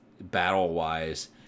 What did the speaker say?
battle-wise